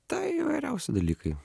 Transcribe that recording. tai įvairiausi dalykai